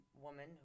woman